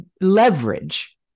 leverage